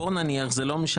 פה נניח זה לא משנה,